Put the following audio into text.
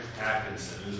Atkinson